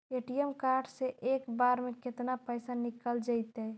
ATM card से एक बार में केतना पैसा निकल जइतै?